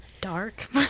dark